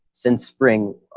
since spring,